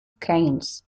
keynes